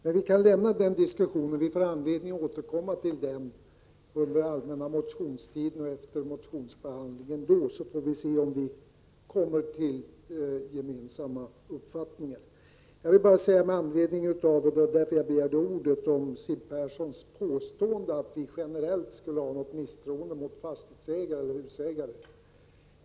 Men vi kan lämna den diskussionen, eftersom vi får anledning att återkomma till den under den allmänna motionstiden. Då får vi se om vi vid motionsbehandlingen kan komma till gemensamma uppfattningar. Jag begärde ordet med anledning av Siw Perssons påstående att vi generellt skulle hysa misstroende mot fastighetsägare och husägare.